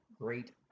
great